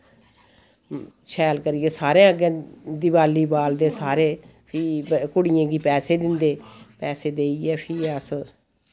शैल करियै सारें अग्गें दिवाली बालदे सारे फ्ही कुड़ियें गी पैसे दिंदे पैसे देइयै फ्ही अस